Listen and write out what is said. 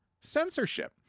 Censorship